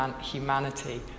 humanity